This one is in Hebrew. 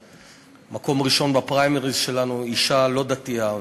כשבמקום הראשון בפריימריז שלנו יש אישה לא דתייה,